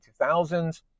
2000s